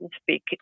speak